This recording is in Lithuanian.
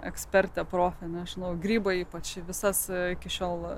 ekspertė profė nežinau grybai ypač visas iki šiol